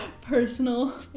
personal